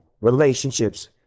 relationships